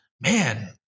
Man